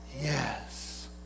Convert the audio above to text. Yes